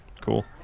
cool